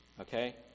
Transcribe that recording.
Okay